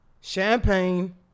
Champagne